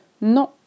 Non